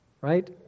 right